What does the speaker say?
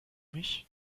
mich